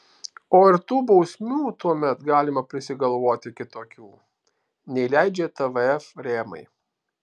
o ir tų bausmių tuomet galima prisigalvoti kitokių nei leidžia tvf rėmai